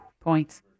Points